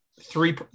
three